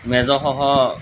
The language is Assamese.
মেজৰসহ